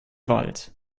wald